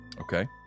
Okay